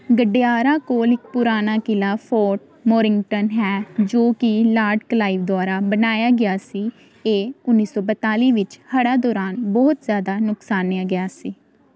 ਗਡਿਆਰਾ ਕੋਲ ਇੱਕ ਪੁਰਾਣਾ ਕਿਲ੍ਹਾ ਫੋਰਟ ਮੌਰਨਿੰਗਟਨ ਹੈ ਜੋ ਕਿ ਲਾਰਡ ਕਲਾਈਵ ਦੁਆਰਾ ਬਣਾਇਆ ਗਿਆ ਸੀ ਇਹ ਉੱਨੀ ਸੌ ਬਤਾਲੀ ਵਿੱਚ ਹੜ੍ਹਾਂ ਦੌਰਾਨ ਬਹੁਤ ਜ਼ਿਆਦਾ ਨੁਕਸਾਨਿਆ ਗਿਆ ਸੀ